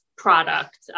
product